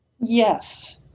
Yes